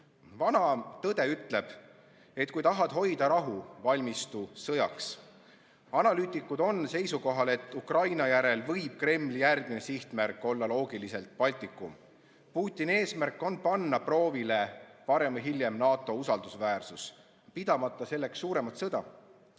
tõde ütleb, et kui tahad hoida rahu, valmistu sõjaks. Analüütikud on seisukohal, et Ukraina järel võib Kremli järgmine sihtmärk olla loogiliselt Baltikum. Putini eesmärk on panna varem või hiljem proovile NATO usaldusväärsus, pidamata selleks suuremat sõda.